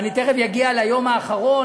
ואני תכף אגיע ליום האחרון,